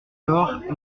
lors